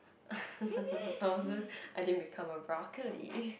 I wasn't~ I didn't become a broccoli